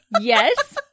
Yes